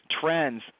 trends